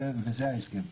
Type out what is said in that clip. וזה ההסכם.